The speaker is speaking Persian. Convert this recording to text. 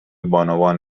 بانوان